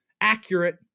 accurate